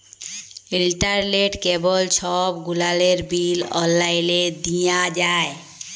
ইলটারলেট, কেবল ছব গুলালের বিল অললাইলে দিঁয়া যায়